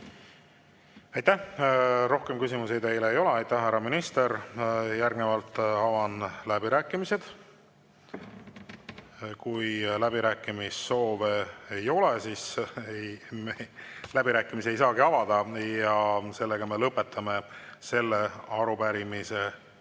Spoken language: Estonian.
Rohkem küsimusi teile ei ole. Aitäh, härra minister! Järgnevalt avan läbirääkimised. Kui läbirääkimissoove ei ole, siis läbirääkimisi ei saagi avada. Me lõpetame selle arupärimise